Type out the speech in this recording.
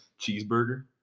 Cheeseburger